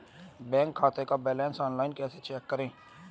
Bank खाते का balance online कैसे चेक करें?